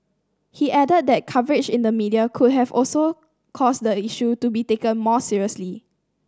he added that coverage in the media could have also caused the issue to be taken more seriously